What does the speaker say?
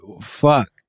fuck